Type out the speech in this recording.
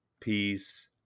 peace